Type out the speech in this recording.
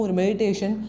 meditation